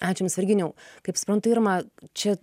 ačiū jums virkinijau kaip suprantu irma čia